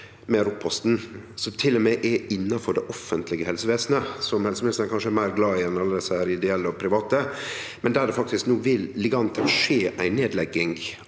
med ROP-posten, som til og med er innanfor det offentlege helsevesenet – som helseministeren kanskje er meir glad i enn i alle dei ideelle og private – der det no faktisk vil liggje an til å skje ei nedlegging